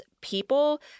people